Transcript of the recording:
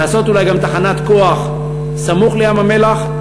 אולי גם להקים תחנת כוח סמוך לים-המלח,